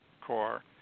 core –